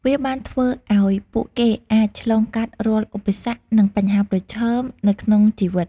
វាបានធ្វើឱ្យពួកគេអាចឆ្លងកាត់រាល់ឧបសគ្គ និងបញ្ហាប្រឈមនៅក្នុងជីវិត។